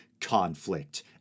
conflict